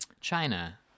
China